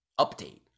update